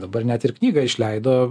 dabar net ir knygą išleido